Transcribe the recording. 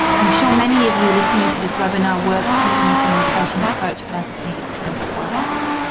i'm sure many of you listening to this webinar work using implementation approach, but i just needed to emphasise that.